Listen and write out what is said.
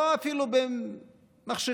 אפילו לא במחשכים: